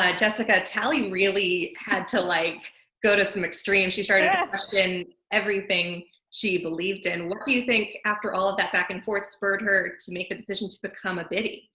ah jessica, tally, really had to like go to some extreme. she started yeah to question everything she believed in. what do you think, after all that back and forth, spurred her to make the decision to become a biddy?